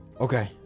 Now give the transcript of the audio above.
Okay